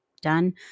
done